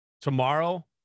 tomorrow